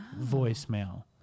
voicemail